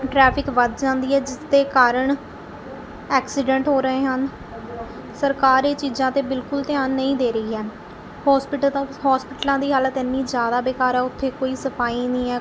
traffic ਵੱਧ ਜਾਂਦੀ ਹੈ ਜਿਸਦੇ ਕਾਰਨ ਐਕਸੀਡੈਂਟ ਹੋ ਰਹੇ ਹਨ ਸਰਕਾਰ ਇਹ ਚੀਜ਼ਾਂ 'ਤੇ ਬਿਲਕੁਲ ਧਿਆਨ ਨਹੀਂ ਦੇ ਰਹੀ ਹੈ ਹੋਸਪਿਟਲ ਤਾਂ ਹੋਸਪਿਟਲਾਂ ਦੀ ਹਾਲਤ ਐਨੀ ਜ਼ਿਆਦਾ ਬੇਕਾਰ ਹੈ ਉੱਥੇ ਕੋਈ ਸਫਾਈ ਨਹੀਂ ਹੈ